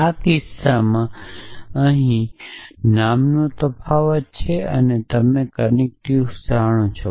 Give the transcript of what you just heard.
આ કિસ્સામાં તેથી અહીં નામનો તફાવત છે અને તમે કનેક્ટિવ જાણો છો